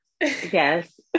Yes